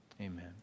amen